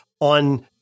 on